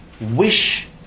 Wish